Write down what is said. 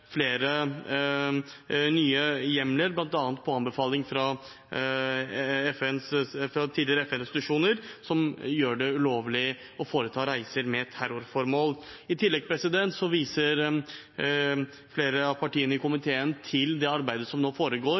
flere nye hjemler, bl.a. på anbefaling fra tidligere FN-resolusjoner, som gjør det ulovlig å foreta reiser med terrorformål. I tillegg viser flere av partiene i komiteen til det arbeidet som nå foregår